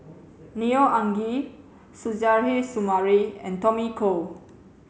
Neo Anngee Suzairhe Sumari and Tommy Koh